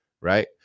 right